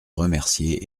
remercier